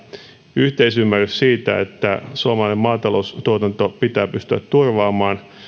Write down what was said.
yhteisymmärrys siitä että suomalainen maataloustuotanto pitää pystyä turvaamaan